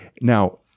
Now